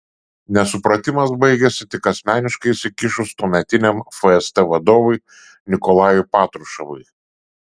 nesupratimas baigėsi tik asmeniškai įsikišus tuometiniam fst vadovui nikolajui patruševui